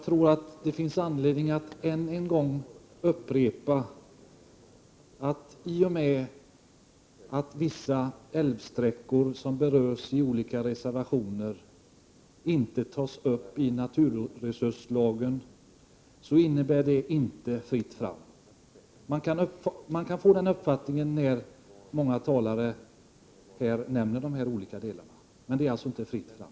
Fru talman! Det finns anledning att än en gång upprepa att det faktum, att vissa älvsträckor som berörs i olika reservationer inte tas upp i naturresurslagen, inte innebär att det är fritt fram. Man kan lätt få den uppfattningen när man lyssnar på talarna här. Men det är alltså inte fritt fram.